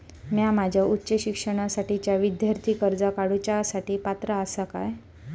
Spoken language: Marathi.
म्या माझ्या उच्च शिक्षणासाठीच्या विद्यार्थी कर्जा काडुच्या साठी पात्र आसा का?